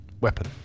weapon